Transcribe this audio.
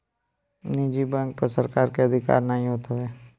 निजी बैंक पअ सरकार के अधिकार नाइ होत हवे